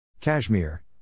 Kashmir